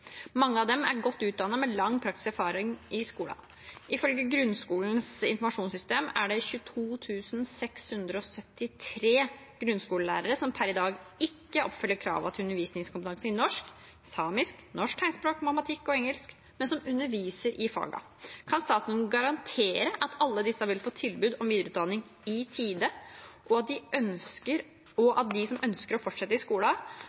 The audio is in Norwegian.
Mange av dem er godt utdannet, med lang praktisk erfaring i skolen. Ifølge Grunnskolens informasjonssystem er det 22 673 grunnskolelærere som per i dag ikke oppfyller kravene til undervisningskompetanse i norsk, samisk, norsk tegnspråk, matematikk og engelsk, men som underviser i fagene. Kan statsråden garantere at alle disse vil få tilbud om videreutdanning i tide, og at de som ønsker å fortsette i skolen,